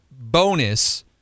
bonus